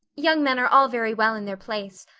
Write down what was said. young men are all very well in their place,